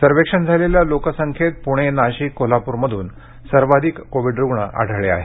सर्वेक्षण झालेल्या लोकसंख्येत पुणे नाशिक कोल्हापूरमधून सर्वाधिक कोविड रुग्ण आढळले आहेत